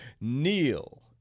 Neil